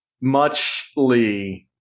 muchly